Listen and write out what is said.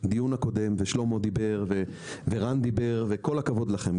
שלמה דיבר ורן דיבר, וכל הכבוד לכם.